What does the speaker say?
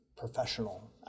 professional